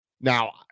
now